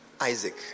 Isaac